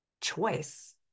choice